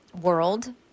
world